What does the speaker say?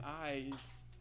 eyes